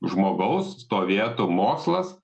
žmogaus stovėtų mokslas